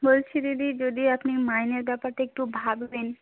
বলছি দিদি যদি আপনি মাইনের ব্যাপারটা একটু ভাববেন